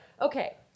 Okay